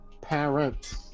parents